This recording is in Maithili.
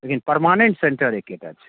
लेकिन परमानेंट सेंटर एकेटा छै